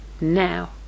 now